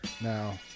Now